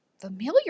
Familiar